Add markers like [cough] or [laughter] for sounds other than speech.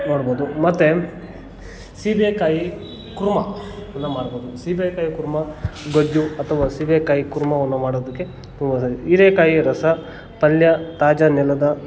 ನೋಡ್ಬೋದು ಮತ್ತು ಸೀಬೆಕಾಯಿ ಕುರ್ಮ ಇದನ್ನು ಮಾಡ್ಬೌದು ಸೀಬೆಕಾಯಿ ಕುರ್ಮ ಗೊಜ್ಜು ಅಥವಾ ಸೀಬೆಕಾಯಿ ಕೂರ್ಮವನ್ನು ಮಾಡೋದಕ್ಕೆ ತುಂಬ [unintelligible] ಹೀರೇಕಾಯಿಯ ರಸ ಪಲ್ಯ ತಾಜಾ ನೆಲದ